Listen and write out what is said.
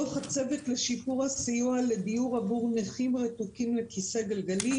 דוח הצוות לשיפור הסיוע לדיור עבור נכים הרתוקים לכיסא גלגלים.